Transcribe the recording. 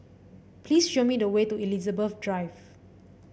please show me the way to Elizabeth Drive